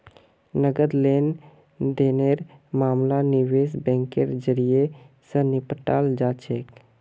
नकद लेन देनेर मामला निवेश बैंकेर जरियई, स निपटाल जा छेक